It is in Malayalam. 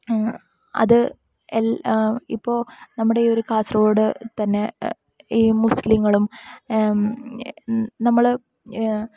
അത് എല്ലാ ഇപ്പോൾ നമ്മുടെ ഈ ഒര് കാസർഗോഡ് തന്നെ ഈ മുസ്ലിങ്ങളും നമ്മള്